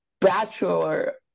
Bachelor